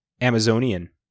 Amazonian